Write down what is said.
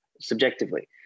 subjectively